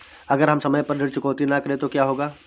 अगर हम समय पर ऋण चुकौती न करें तो क्या होगा?